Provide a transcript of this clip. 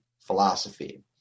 philosophy